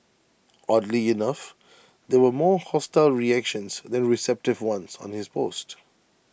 oddly enough there were more hostile reactions than receptive ones on his post